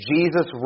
Jesus